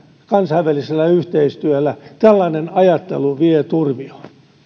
kansainvälisellä yhteistyöllä tällainen ajattelu vie turmioon